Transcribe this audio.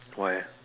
why